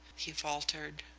he faltered.